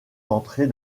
d’entrer